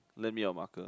lend me your marker